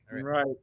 Right